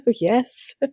Yes